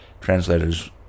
translators